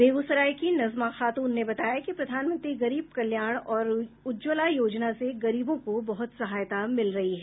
बेगूसराय की नजमा खातून ने बताया कि प्रधानमंत्री गरीब कल्याण और उज्ज्वला योजना से गरीबों को बहुत सहायता मिल रही है